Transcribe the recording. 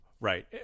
Right